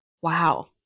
Wow